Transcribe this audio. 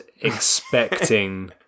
expecting